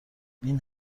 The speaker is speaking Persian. این